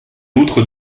outre